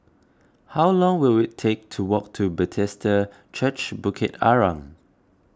how long will it take to walk to Bethesda Church Bukit Arang